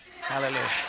Hallelujah